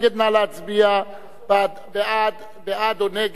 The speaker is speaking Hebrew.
נא להצביע בעד או נגד.